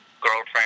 girlfriend